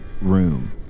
room